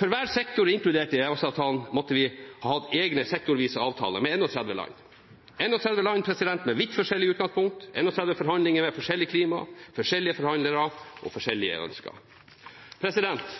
For hver sektor inkludert i EØS-avtalen måtte vi ha hatt egne sektorvise avtaler med 31 land. Dette er 31 land med vidt forskjellig utgangspunkter, 31 forhandlinger med forskjellige klimaer, forskjellige forhandlere og forskjellige ønsker.